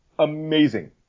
amazing